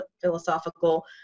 philosophical